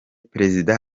perezida